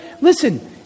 listen